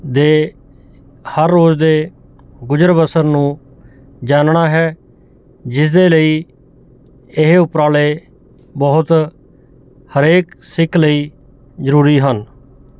ਦੇ ਹਰ ਰੋਜ਼ ਦੇ ਗੁਜ਼ਰ ਵਸਰ ਨੂੰ ਜਾਨਣਾ ਹੈ ਜਿਸਦੇ ਲਈ ਇਹ ਉਪਰਾਲੇ ਬਹੁਤ ਹਰੇਕ ਸਿੱਖ ਲਈ ਜ਼ਰੂਰੀ ਹਨ